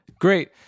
Great